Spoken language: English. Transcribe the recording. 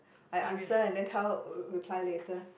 I answer and then tell her reply later